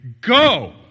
go